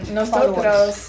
nosotros